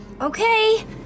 Okay